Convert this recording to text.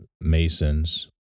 Masons